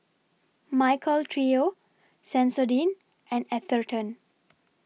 Michael Trio Sensodyne and Atherton